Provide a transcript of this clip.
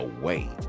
away